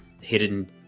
hidden